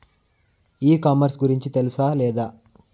ఈ కామర్స్ గురించి తెలుసా లేదా?